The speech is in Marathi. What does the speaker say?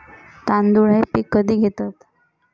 तांदूळ हे पीक कधी घेतात?